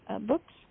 books